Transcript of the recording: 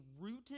rooted